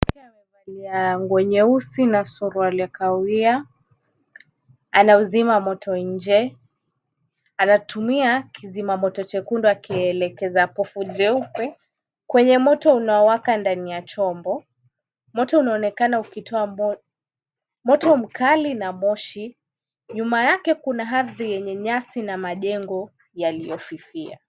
Mtu amevalia nguo nyeusi na suruali ya kahawai, anauzima moto nje. Anatumia kizima moto chekundu akielekeza povu jeupe kwenye moto unao waka ndani ya chombo. Moto unaonekana ukitoa moto mkali na moshi. Nyuma yake kuna hadhi yenye nyasi na majengo yaliyo fifia.